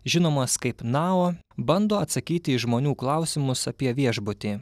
žinomas kaip nao bando atsakyti į žmonių klausimus apie viešbutį